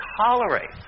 tolerate